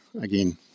again